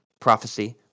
prophecy